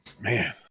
man